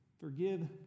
Forgive